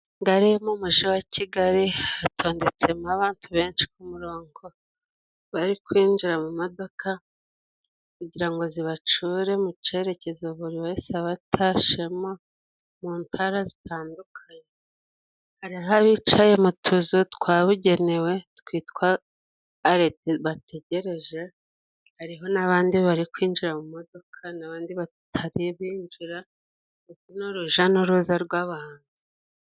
Gare yo mu muji wa Kigali hatondetsemo abantu benshi ku murongo bari kwinjira mu modoka kugira ngo zibacure mu cerekezo buri wese aba atashemo mu ntara zitandukanye, hariho abicaye mu tuzu twabugenewe twitwa arete bategereje, hariho n'abandi bari kwinjira mu modoka n'abandi batagiye kwinjira n'uruja n'uruza rw'abantu.